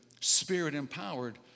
spirit-empowered